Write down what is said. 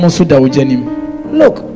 Look